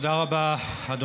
תודה רבה לך.